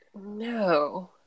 No